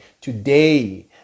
today